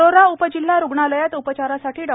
वरोरा उपजिल्हा रुग्णालयात उपचारासाठी डॉ